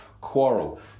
quarrel